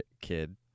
kid